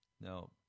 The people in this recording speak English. Now